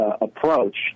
approach